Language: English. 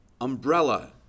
Umbrella